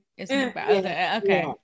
okay